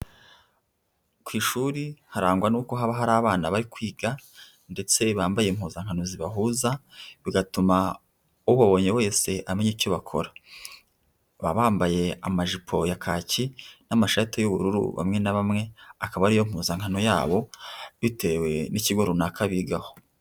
Ku ishuri harangwa nuko haba hari abana bari kwiga ndetse bambaye impuzankano zibahuza, bigatuma ubabonye wese amenya icyo bakora. Baba bambaye amajipo ya kacyi n'amashati y'ubururu bamwe na bamwe, akaba ariyo mpuzankano yabo, bitewe n'ikigo runaka bigaho.